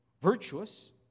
Virtuous